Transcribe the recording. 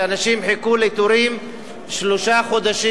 שאנשים חיכו לתורים שלושה חודשים,